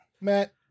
Matt